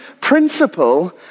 principle